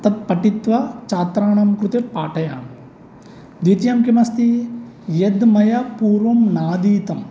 तत् पठित्वा छात्राणां कृते पाठयामि द्वितीयं किं अस्ति यद् मया पूर्वं नाधीतं